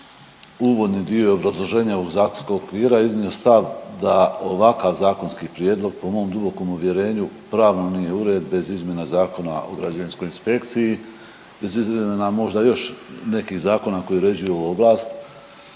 uvodni dio i obrazloženje ovog zakonskog okvira i iznio stav da ovakav zakonski prijedlog po mom dubokom uvjerenju pravno nije …/Govornik se ne razumije./… bez izmjena Zakona o građevinskoj inspekciji, bez izmjena možda još nekih zakona koji uređuju ovu oblast.